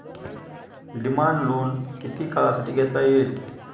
Demand loan किती काळासाठी घेता येईल?